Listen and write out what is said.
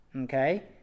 okay